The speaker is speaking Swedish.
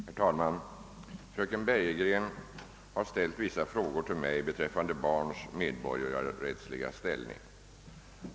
Herr talman! Fröken Bergegren har ställt vissa frågor till mig beträffande barns medborgarrättsliga ställning.